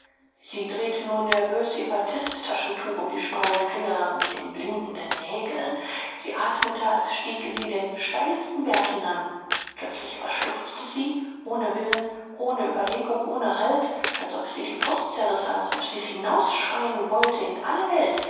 sie drehte nur nervös ihr batisttaschentuch um die schmalen finger mit den blinkenden nägeln sie atmete als stiege sie den steilsten berg hinan plötzlich aber schluchzte sie ohne willen ohne überlegung ohne halt als ob es ihr die brust zerrisse als ob sie's hinausschreien wollte in alle welt